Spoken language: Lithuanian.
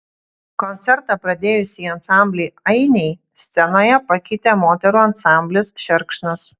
koncertą pradėjusį ansamblį ainiai scenoje pakeitė moterų ansamblis šerkšnas